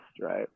right